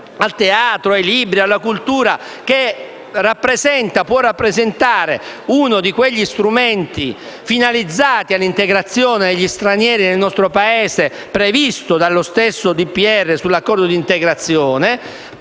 ai libri, quindi alla cultura - che può rappresentare uno di quegli strumenti finalizzati all'integrazione degli stranieri nel nostro Paese, così come previsto dallo stesso decreto sull'accordo di integrazione,